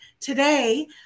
Today